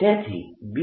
તેથી B